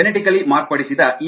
genetically ಮಾರ್ಪಡಿಸಿದ E